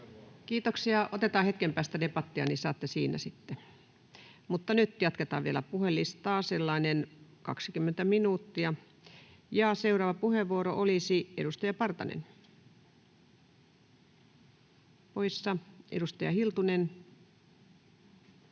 Kiitoksia. — Otetaan hetken päästä debattia, niin saatte siinä sitten, mutta nyt jatketaan vielä puhujalistaa sellaiset 20 minuuttia. — Seuraava puhuja olisi edustaja Partanen, poissa. — Edustaja Hiltunen.